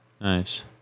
Nice